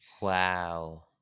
Wow